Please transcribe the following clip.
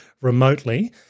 remotely